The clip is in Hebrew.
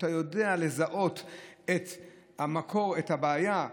כשאתה יודע לזהות את המקור, את הבעיה,